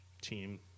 team